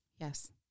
Yes